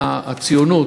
אלא הציונות,